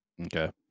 Okay